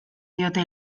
diote